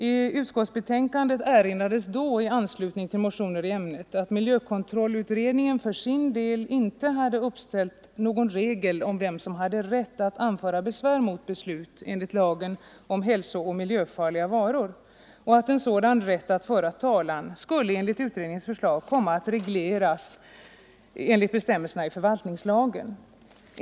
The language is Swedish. I utskottsbetänkandet erinrades i anslutning till motioner i ämnet om att miljökontrollutredningen för sin del inte hade uppställt någon regel om vem som hade rätt att anföra besvär mot beslut enligt lagen om hälsooch miljöfarliga varor och att en sådan rätt att föra talan, enligt utredningens förslag, skulle komma att regleras genom bestämmelserna i förvaltningslagen.